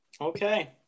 Okay